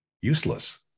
useless